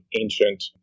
ancient